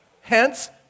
Hence